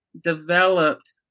developed